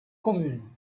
commune